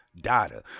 data